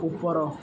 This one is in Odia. ଉପର